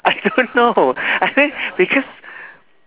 I don't know I mean because